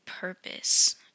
Purpose